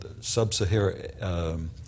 sub-Saharan